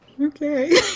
Okay